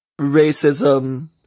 racism